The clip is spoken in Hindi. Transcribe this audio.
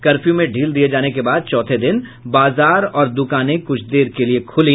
कर्फ्यू में ढील दिये जाने के बाद चौथे दिन बाजार और दुकानें कुछ देर के लिए खुली